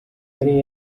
yari